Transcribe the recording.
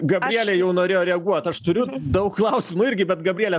gabrielė jau norėjo reaguot aš turiu daug klausimų irgi bet gabriele